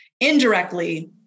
Indirectly